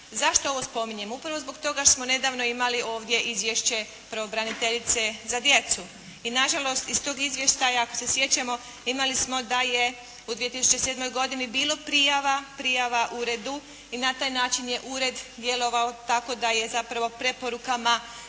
Zašto ovo spominjem? Upravo zbog toga što smo nedavno imali ovdje izvješće pravobraniteljice za djecu i na žalost iz tog izvještaja ako se sjećamo imali smo da je u 2007. godini bilo prijava uredu i na taj način je ured djelovao tako da je zapravo preporukama